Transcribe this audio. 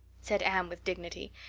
said anne with dignity,